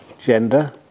gender